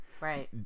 Right